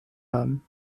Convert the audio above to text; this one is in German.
haben